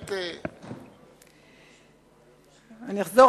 אני אחזור.